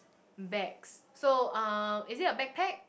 bags so uh is it a backpack